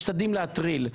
משתדלים להטריל.